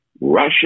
Russia